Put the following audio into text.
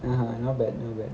(uh huh) not bad not bad